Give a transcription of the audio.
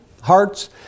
hearts